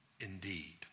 indeed